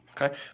okay